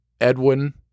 Edwin